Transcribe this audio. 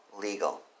legal